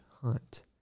hunt